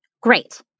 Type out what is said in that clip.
Great